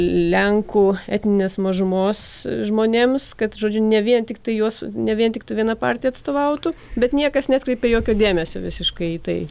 lenkų etninės mažumos žmonėms kad žodžiu ne vien tiktai juos ne vien tiktai viena partija atstovautų bet niekas neatkreipė jokio dėmesio visiškai tai